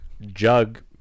jug